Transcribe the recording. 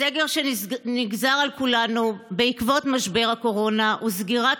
הסגר שנגזר על כולנו בעקבות משבר הקורונה וסגירת